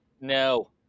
No